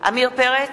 עמיר פרץ,